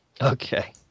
Okay